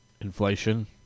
Inflation